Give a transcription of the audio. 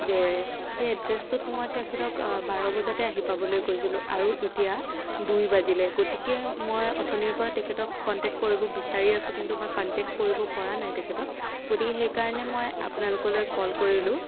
যে সেই এড্ৰেছটোত মই তেখেতক বাৰ বজাতে আহি পাবলৈ কৈছিলোঁ আৰু এতিয়া দুই বাজিলে গতিকে মই অথনিৰপৰা তেখেতক কণ্টেক্ট কৰিব বিচাৰি আছোঁ কিন্তু মই কণ্টেক্ট কৰিব পৰা নাই তেখেতক গতিকে সেইকাৰণে মই আপোনালোকলৈ কল কৰিলোঁ